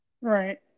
Right